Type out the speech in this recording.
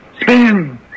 Spin